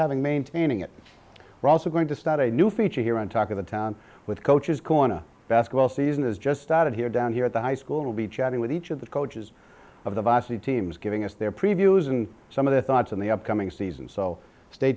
have in maintaining it we're also going to start a new feature here on talk of the town with coaches corner basketball season is just started here down here at the high school will be chatting with each of the coaches of the boss the teams giving us their previews and some of their thoughts on the upcoming season so stay